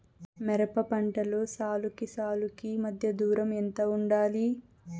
మిరప పంటలో సాలుకి సాలుకీ మధ్య దూరం ఎంత వుండాలి?